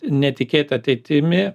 netikėt ateitimi